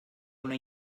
una